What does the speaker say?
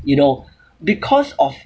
you know because of